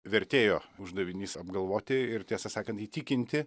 vertėjo uždavinys apgalvoti ir tiesą sakant įtikinti